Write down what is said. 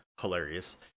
hilarious